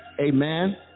Amen